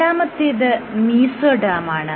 രണ്ടാമത്തേത് മീസോഡെർമാണ്